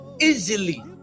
easily